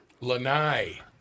Lanai